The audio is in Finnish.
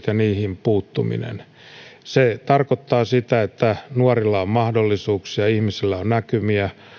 ja juurisyihin puuttuminen on tärkeätä se tarkoittaa sitä että nuorilla on mahdollisuuksia ihmisillä on näkymiä